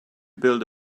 build